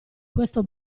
questo